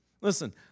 listen